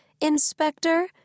Inspector